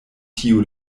tiu